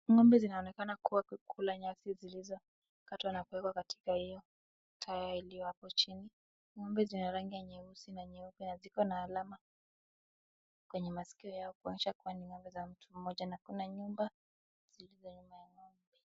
Ng'ombe zinaonekana kuwa zikikula nyasi zilizokatwa na kuwekwa katika hiyo taya iliyohapo chini. Ng'ombe zina rangi ya nyeusi na nyeupe na ziko na alama kwenye masikio yao kuonyesha kuwa ni ng'ombe za mtu mmoja na kuna nyumba zilizaa nyuma ya ng'ombe.